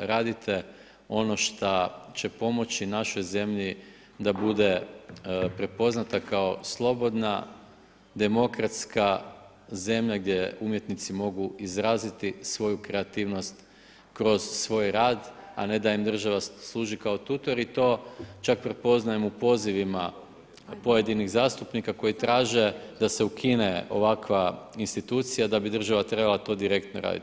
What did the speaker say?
radite ono šta će pomoći našoj zemlji, da bude prepoznata kao slobodna, demokratska, zemlja, gdje umjetnici mogu izraziti svoju kreativnost, kroz svoj rad, a ne da im država služi kao … čak prepoznajem u pozivima pojedinih zastupnika, koji traže da se ukine ovakva insinuacija, da bi država trebala to direktno raditi.